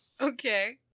Okay